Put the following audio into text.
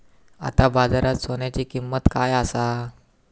आता बाजारात सोन्याची किंमत काय असा?